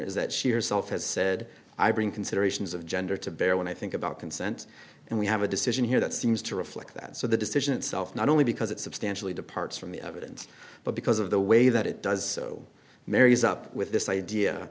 is that she herself has said i bring considerations of gender to bear when i think about consent and we have a decision here that seems to reflect that so the decision itself not only because it substantially departs from the evidence but because of the way that it does so marries up with this idea